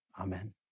Amen